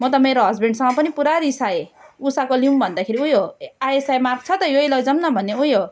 म त मेरो हस्बेन्डसँग पनि पुरा रिसाए उसाको लिऊँ भन्दाखेरि उही हो आइएसआइ मार्क छ त यही लैजाऊ न भन्ने उही हो